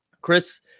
Chris